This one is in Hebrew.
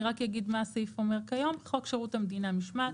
רק אגיד מה הסעיף אומר כיום: חוק שירות המדינה (משמעת),